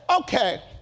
okay